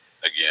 again